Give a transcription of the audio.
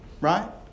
Right